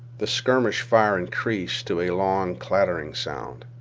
the skirmish fire increased to a long clattering sound.